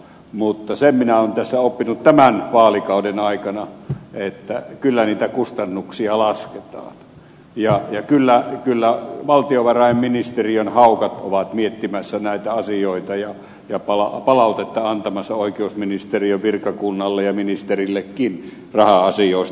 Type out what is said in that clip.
mutta sen minä olen tässä oppinut tämän vaalikauden aikana että kyllä niitä kustannuksia lasketaan ja kyllä valtiovarainministeriön haukat ovat miettimässä näitä asioita ja palautetta antamassa oikeusministeriön virkakunnalle ja ministerillekin raha asioista